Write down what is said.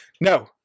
no